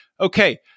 Okay